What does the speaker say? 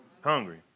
Hungry